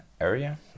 area